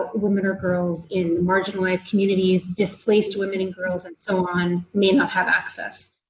ah women or girls in marginalised communities, displaced women and girls and so on, may not have access.